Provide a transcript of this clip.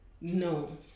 No